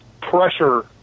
pressure